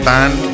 Band